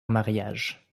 mariage